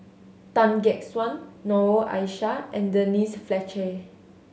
Tan Gek Suan Noor Aishah and Denise Fletcher